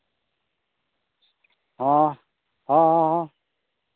ᱦᱚᱸ ᱦᱚᱸ ᱦᱚᱸ ᱦᱚᱸ